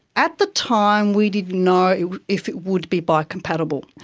at the time, we didn't know if it would be biocompatible.